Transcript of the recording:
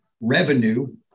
revenue